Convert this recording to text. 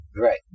Right